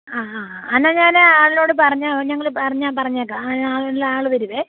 ആ ആ ആ എന്നാൽ ഞാൻ ആളിനോട് പറഞ്ഞ് ഞങ്ങൾ പറഞ്ഞ് ഞാൻ പറഞ്ഞേക്കാം അ ഉള്ള ആൾ വരുമേ